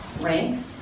rank